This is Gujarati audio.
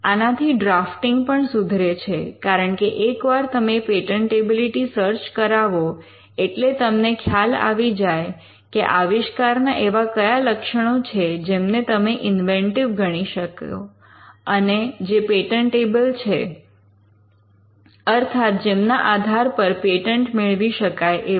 આનાથી ડ્રાફ્ટીંગ પણ સુધરે છે કારણ કે એકવાર તમે પેટન્ટેબિલિટી સર્ચ કરાવો એટલે તમને ખ્યાલ આવી જાય કે આવિષ્કારના એવા કયા લક્ષણો છે જેમને ઇન્વેન્ટિવ ગણી શકાય અને જે પેટન્ટેબલ છે અર્થાત જેમના આધાર પર પેટન્ટ મેળવી શકાય એવા